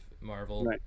Marvel